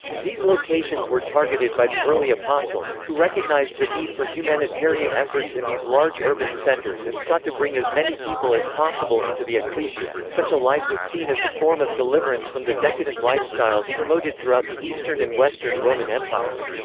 these locations were targeted by the early apostles, who recognised the need for humanitarian efforts in these large urban centers and sought to bring as many people as possible into the ecclesia such a life was seen as a form of deliverance from the decadent lifestyles promoted throughout the eastern and western roman empire.